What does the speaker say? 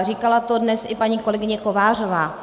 Říkala to dnes i paní kolegyně Kovářová.